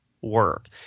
work